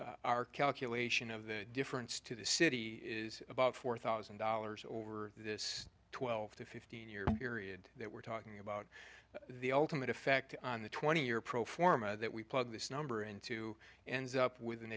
forma our calculation of the difference to the city is about four thousand dollars over this twelve to fifteen year period that we're talking about the ultimate effect on the twenty year pro forma that we plug this number into ends up with an